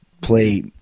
play